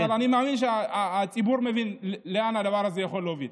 אבל אני מאמין שהציבור מבין לאן הדבר הזה יכול להוביל.